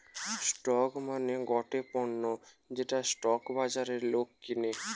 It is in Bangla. স্টক মানে গটে পণ্য যেটা স্টক বাজারে লোক কিনে